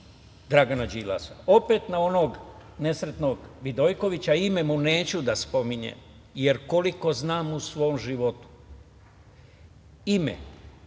Dragana Đilasa. Opet na onog nesretnog, Vidojkovića, ime mu neću da spominjem, jer koliko znam, u svom životu ime